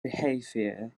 behavior